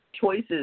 choices